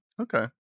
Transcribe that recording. Okay